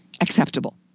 acceptable